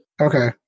Okay